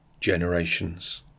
generations